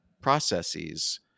processes